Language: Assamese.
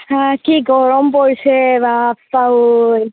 হাঁ কি গৰম পৰিছে বাপ্পা ঐ